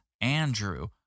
Andrew